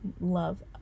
love